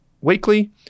weekly